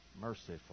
merciful